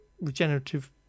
regenerative